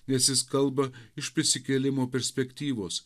nes jis kalba iš prisikėlimo perspektyvos